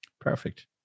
perfect